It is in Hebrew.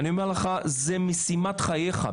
אני אומר לך, זו משימת חייך.